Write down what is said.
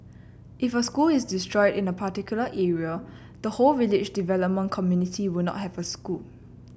if a school is destroyed in a particular area the whole village development committee will not have a school